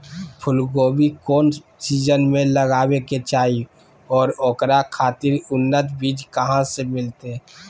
फूलगोभी कौन सीजन में लगावे के चाही और ओकरा खातिर उन्नत बिज कहा से मिलते?